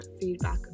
feedback